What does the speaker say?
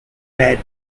bad